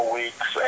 weeks